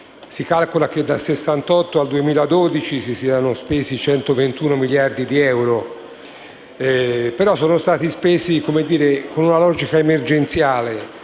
Si calcola infatti che dal 1968 al 2012 si siano spesi 121 miliardi di euro, ma sono stati spesi con una logica emergenziale,